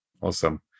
Awesome